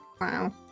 Wow